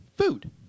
Food